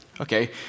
okay